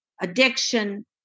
addiction